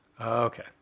Okay